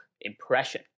impression